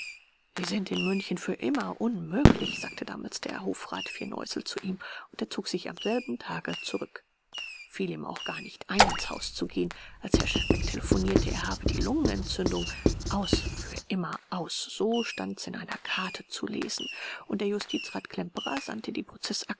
sie sind in münchen für immer unmöglich sagte damals der hofrat firneusel zu ihm und er zog sich am selben tage zurück fiel ihm auch gar nicht ein ins haus zu gehen als herr schefbeck telefonierte er habe die lungenentzündung aus für immer aus so stand's in einer karte zu lesen und der justizrat klemperer sandte die